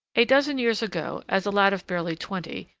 a dozen years ago, as a lad of barely twenty,